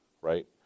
right